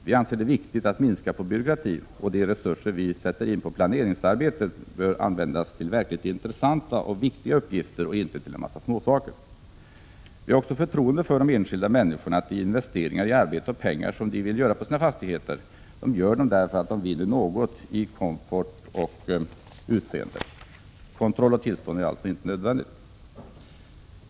Vi anser det viktigt att minska på byråkratin. De resurser vi sätter in på planeringsarbetet bör användas till verkligt intressanta och viktiga uppgifter och inte till en massa småsaker. Vi har också förtroende för de enskilda människorna. De investeringar i arbete och pengar som de vill göra på sina fastigheter gör de därför att dessa vinner något i komfort och utseende. Kontroll och tillstånd är alltså inte nödvändiga.